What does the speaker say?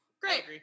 great